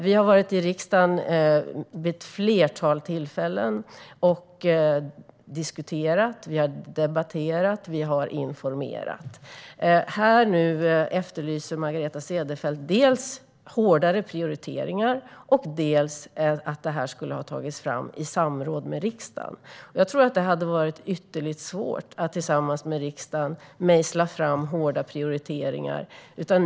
Vi har varit i riksdagen vid ett flertal tillfällen och diskuterat, debatterat och informerat. Här efterlyser nu Margareta Cederfelt dels hårdare prioriteringar, dels att detta skulle ha tagits fram i samråd med riksdagen. Jag tror att det hade varit ytterligt svårt att tillsammans med riksdagen mejsla fram hårda prioriteringar.